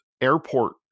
airport